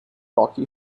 rocky